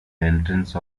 entrance